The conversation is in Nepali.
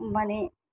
माने